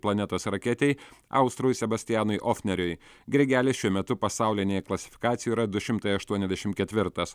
planetos raketei austrui sebastianui ofneriui grigelis šiuo metu pasaulinėje klasifikacijoje yra du šimtas aštuoniasdešim ketvirtas